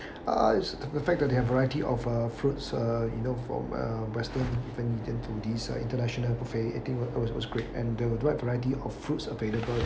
uh is the fact they have variety of uh fruits uh you know from uh western thing into these uh international buffet I think that was great and there where wide variety of fruits available